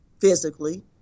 physically